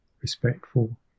respectful